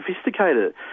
sophisticated